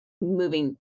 moving